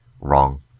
wrong